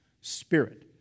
spirit